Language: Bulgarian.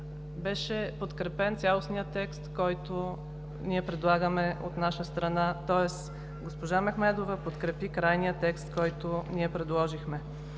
беше подкрепен цялостният текст, който предлагаме от наша страна. Тоест госпожа Мехмедова подкрепи крайния текст, който предложихме.